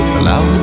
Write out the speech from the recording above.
Allow